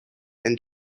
and